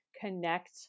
connect